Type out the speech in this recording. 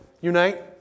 Unite